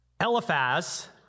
Eliphaz